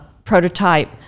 prototype